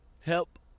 help